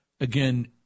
again